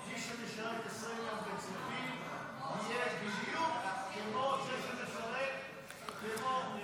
מי שמשרת 20 בצריפין יהיה בדיוק כמו מי שמשרת --- בעד,